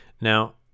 Now